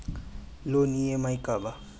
Loan EMI का बा?